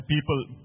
people